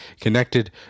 connected